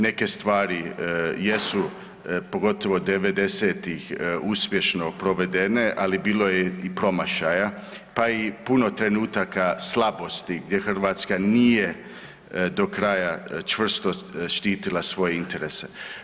Neke stvari jesu, pogotovo '90.-tih uspješno provedene, ali bilo je i promašaja, pa i puno trenutaka slabosti gdje Hrvatska nije do kraja čvrsto štitila svoje interese.